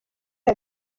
iri